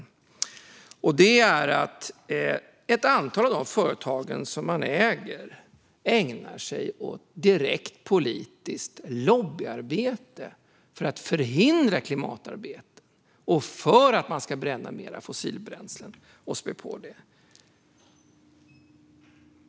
Detta handlar om att ett antal av de företag som man äger ägnar sig åt direkt politiskt lobbyarbete för att förhindra klimatarbete och för att det ska brännas mer fossilbränslen och att detta ska späs på.